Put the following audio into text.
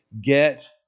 get